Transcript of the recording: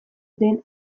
den